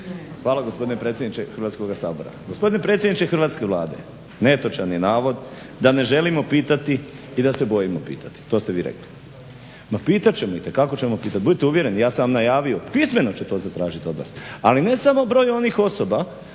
hvala gospodine predsjedniče Hrvatskoga sabora. Gospodine predsjedniče hrvatske Vlade, netočan je navod da ne želimo pitati i da se bojimo pitati. To ste vi rekli. No, pitat ćemo itekako ćemo pitati, budite uvjereni, ja sam najavio. Pismeno ću to zatražiti od vas, ali ne samo broj onih osoba